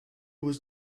was